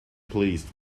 pleased